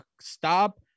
stop